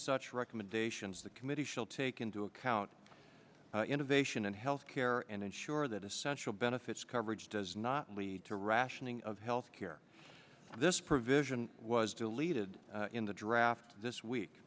such recommendations the committee shall take into account innovation and health care and ensure that essential benefits coverage does not lead to rationing of health care this provision was deleted in the draft this week